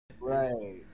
Right